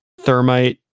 Thermite